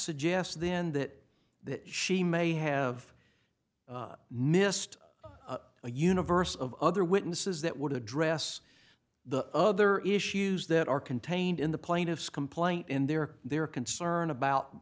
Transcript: suggest then that that she may have missed a universe of other witnesses that would address the other issues that are contained in the plaintiff's complaint in there their concern about